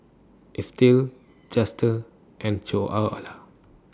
Estill Justus and Ceola